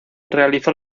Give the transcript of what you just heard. realizó